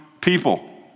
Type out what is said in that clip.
people